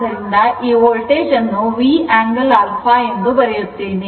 ಆದ್ದರಿಂದ ಈ ವೋಲ್ಟೇಜ್ ಅನ್ನು Vangle α ಎಂದು ಬರೆಯುತ್ತಿದ್ದೇನೆ